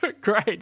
Great